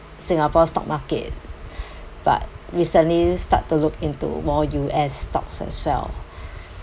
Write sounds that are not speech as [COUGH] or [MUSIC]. singapore stock market [BREATH] but recently start to look into more U_S stocks as well [BREATH]